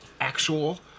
actual